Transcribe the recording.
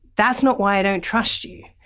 that's not why i don't trust you.